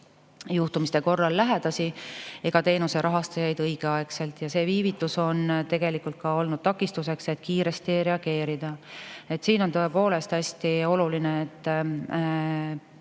juhtumite korral lähedasi ega teenuse rahastajaid õigeaegselt. See viivitus on tegelikult olnud takistuseks, et kiiresti reageerida. Siin on tõepoolest hästi oluline, et